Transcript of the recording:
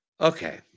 Okay